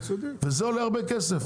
וזה עולה הרבה כסף.